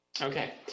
Okay